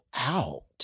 out